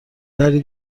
تری